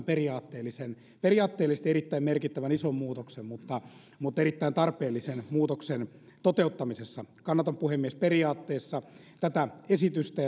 periaatteellisesti periaatteellisesti erittäin merkittävän ison muutoksen mutta mutta erittäin tarpeellisen muutoksen toteuttamisessa kannatan puhemies periaatteessa tätä esitystä